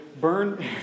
burn